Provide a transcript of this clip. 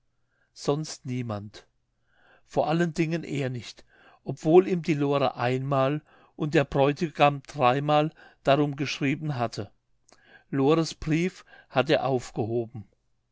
sonst niemand vor allen dingen er nicht obwohl ihm die lore einmal und der bräutigam dreimal darum geschrieben hatte lores brief hat er aufgehoben